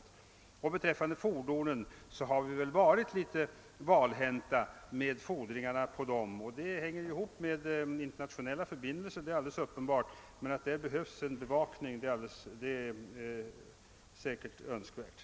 Beträffande fordonen vill jag framhålla att vi väl har varit litet valhänta. Det är alldeles uppenbart att detta hänger ihop med den internationella bilmarknaden. I detta fall är en uppstramning säkert nödvändig.